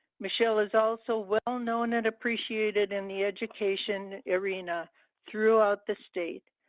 michelle is also well known and appreciated in the education arena throughout the state.